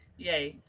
yay.